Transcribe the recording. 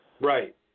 Right